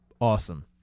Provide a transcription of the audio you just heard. awesome